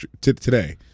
today